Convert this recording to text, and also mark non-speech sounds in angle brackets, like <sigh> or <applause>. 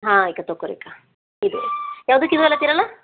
ಹಾಂ ಇಕೋ ತೊಗೊರಿಕ್ಕ ಇದೆ ಯಾವುದು <unintelligible>